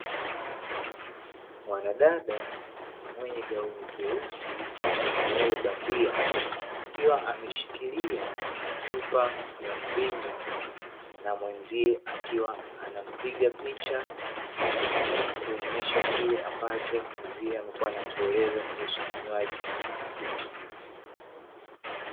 Mwanadada mwenye gauni jeusi na nywele bandia, akiwa ameshikilia chupa ya mvinyo, na mwenzie akiwa anampiga picha, ili kuonyesha kile ambacho mwenzie amekuwa anakieleza kuhusu kinywaji hiki.